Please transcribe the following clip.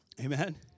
Amen